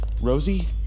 Rosie